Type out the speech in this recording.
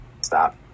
stop